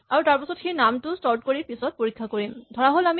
আৰু তাৰপাছত সেই নামটো চৰ্ট কৰি পিছত পৰীক্ষা কৰিম